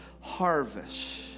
harvest